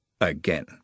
Again